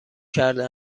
کرده